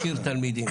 להשאיר תלמידים.